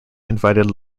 invited